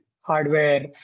hardware